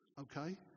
okay